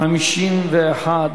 ביהודה ושומרון),